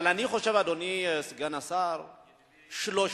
אבל אני חושב, אדוני סגן השר, 30%,